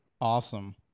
awesome